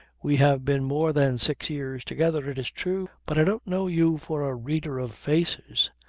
we have been more than six years together, it is true, but i didn't know you for a reader of faces.